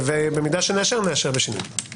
אם נאשר, נאשר בשינויים.